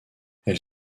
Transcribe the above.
elle